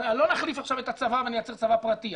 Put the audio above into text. לא נחליף עכשיו את הצבא ונייצר צבא פרטי.